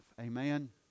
Amen